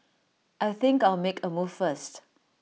I think I'll make A move first